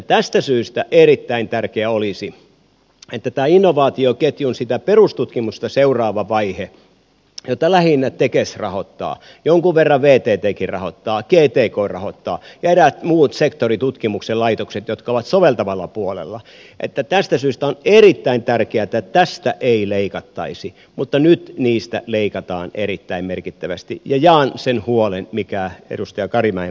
tästä syystä erittäin tärkeää olisi kun tämä innovaatioketju on sitä perustutkimusta seuraava vaihe jota lähinnä tekes rahoittaa jonkun verran vttkin rahoittaa gtk rahoittaa ja eräät muut sektoritutkimuksen laitokset jotka ovat soveltavalla puolella että tästä ei leikattaisi mutta nyt niistä leikataan erittäin merkittävästi ja jaan sen huolen mikä edustaja karimäen puheenvuorossa oli